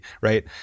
right